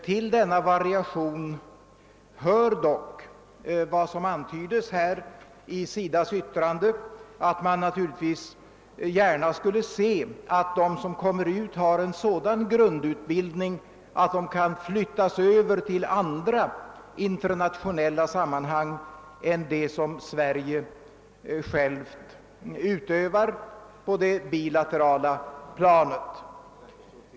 Till denna variation hör dock vad som antydes i SIDA:s yttrande, nämligen att man naturligtvis gärna skulle se att de personer som kommer till uländerna har en sådan grundutbildning, att de även kan flyttas över till andra internationella arbetsinsatser än dem som Sverige självt utövar på det bilaterala planet.